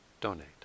donate